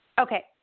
Okay